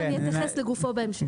ואתייחס לגופו בהמשך.